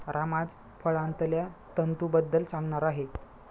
राम आज फळांतल्या तंतूंबद्दल सांगणार आहे